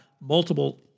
multiple